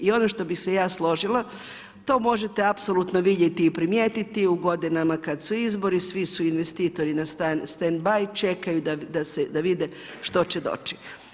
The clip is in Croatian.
I ono što bi se ja složila, to možete apsolutno vidjeti i primijetiti u godinama kada su izbori, svi su investitori na stand by, čekaju da vide što će doći.